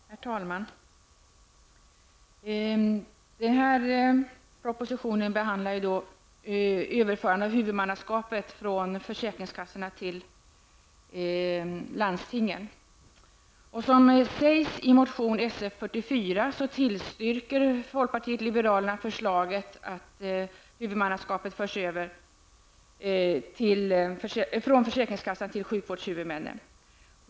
Herr talman! I denna proposition behandlas överförande av huvudmannaskapet från försäkringskassorna till landstingen. Som sägs i motion Sf44 tillstyrker folkpartiet liberalerna förslaget att huvudmannaskapet för sjukreseadministrationen förs över från försäkringskassorna till sjukvårdshuvudmännen.